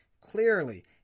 clearly